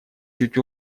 чуть